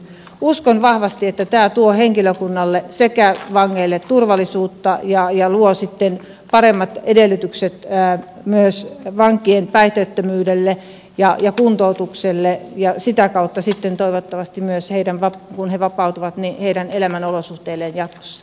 uskon vahvasti että tämä tuo henkilökunnalle sekä vangeille turvallisuutta ja luo sitten paremmat edellytykset myös vankien päihteettömyydelle ja kuntoutukselle ja sitä kautta sitten toivottavasti myös kun he vapautuvat heidän elämänolosuhteilleen jatkossa